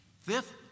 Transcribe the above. Fifth